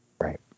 Right